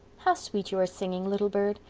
how sweet you are singing, little bird.